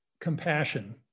compassion